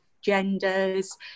genders